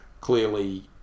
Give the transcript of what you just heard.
clearly